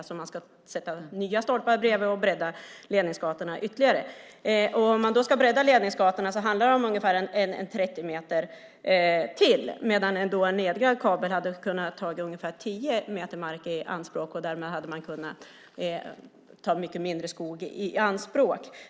Så man ska sätta upp nya stolpar bredvid och bredda ledningsgatorna ytterligare. Om man då ska bredda ledningsgatorna handlar det om ungefär 30 meter till, medan en nedgrävd kabel hade tagit ungefär 10 meter mark i anspråk. Därmed hade man kunnat ta mycket mindre skog i anspråk.